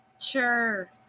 Sure